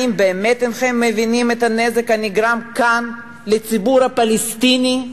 האם באמת אינכם מבינים את הנזק הנגרם כאן לציבור הפלסטיני?